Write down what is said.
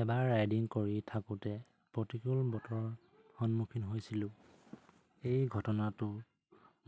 এবাৰ ৰাইডিং কৰি থাকোঁতে প্ৰতিকূল বতৰ সন্মুখীন হৈছিলোঁ এই ঘটনাটো